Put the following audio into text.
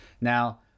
Now